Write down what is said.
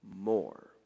more